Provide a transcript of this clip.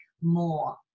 more